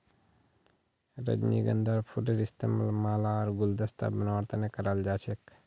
रजनीगंधार फूलेर इस्तमाल माला आर गुलदस्ता बनव्वार तने कराल जा छेक